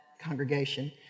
congregation